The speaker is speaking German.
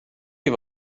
die